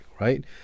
right